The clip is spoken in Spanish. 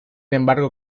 embargo